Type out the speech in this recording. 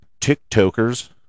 TikTokers